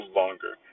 longer